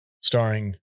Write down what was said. starring